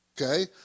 Okay